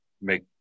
make